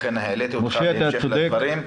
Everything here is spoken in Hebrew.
לכן העליתי אותך בהמשך לדברים.